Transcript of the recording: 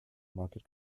market